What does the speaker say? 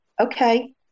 Okay